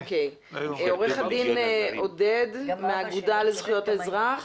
עורך הדין עודד פלר מהאגודה לזכויות האזרח.